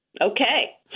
Okay